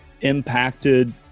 impacted